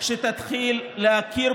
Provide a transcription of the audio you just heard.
כי היא לא רצתה